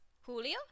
Julio